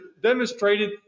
demonstrated